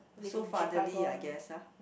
so fatherly I guess ah